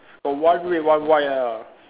got one red one white ah